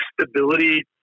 stability